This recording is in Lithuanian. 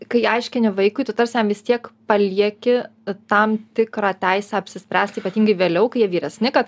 kai aiškini vaikui tu tarsi jam vis tiek palieki tam tikrą teisę apsispręst ypatingai vėliau kai jie vyresni kad